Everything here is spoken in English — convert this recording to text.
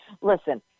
Listen